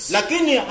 Lakini